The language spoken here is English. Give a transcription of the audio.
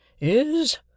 Is